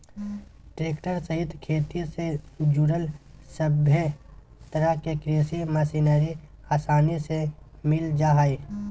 tractor सहित खेती से जुड़ल सभे तरह के कृषि मशीनरी आसानी से मिल जा हइ